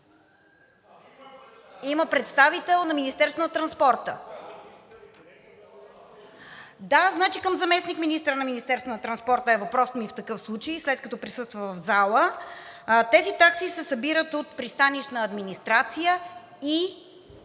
Има представител на Министерството на транспорта. Да, значи към заместник-министъра на транспорта е въпросът ми в такъв случай, след като присъства в залата. Тези такси се събират от „Пристанищна администрация“ и